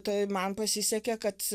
tai man pasisekė kad